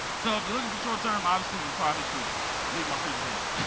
so if you're looking for short term, obviously you probably should leave my presentation,